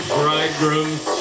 bridegroom's